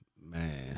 man